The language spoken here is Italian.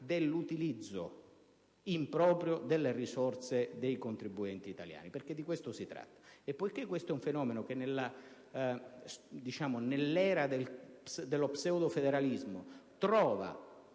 dell'utilizzo improprio delle risorse dei contribuenti italiani - di questo, infatti, si tratta - poiché questo è un fenomeno che nell'era dello pseudofederalismo trova